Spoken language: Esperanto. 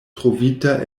trovita